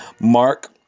Mark